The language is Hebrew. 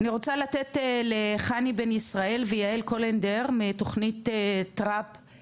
אני רוצה לתת לחני בן ישראל ויעל קולנדר מתוכנית TraffLab